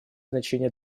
значение